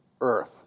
earth